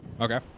Okay